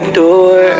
door